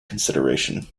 consideration